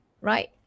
right